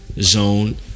zone